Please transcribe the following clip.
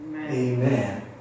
Amen